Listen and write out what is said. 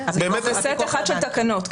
זה סט אחד של תקנות.